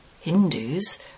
Hindus